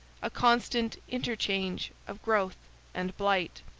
a constant interchange of growth and blight!